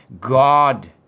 God